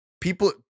People